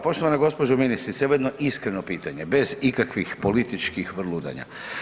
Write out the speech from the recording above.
Poštovana gospođo ministrice evo jedno iskreno pitanje, bez ikakvih političkih vrludanja.